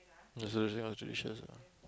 you seriously ah